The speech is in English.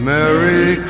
Merry